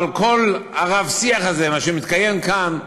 אבל כל הרב-שיח הזה שמתקיים כאן,